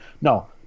no